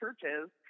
churches